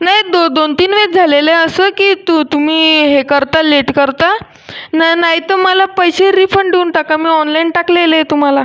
नाही दो दोनतीन वेळेस झालेलं आहे असं की तू तुम्ही हे करता लेट करता न नाही तर मला पैसे रिफंड देऊन टाका मी ऑनलाईन टाकलेलं आहे तुम्हाला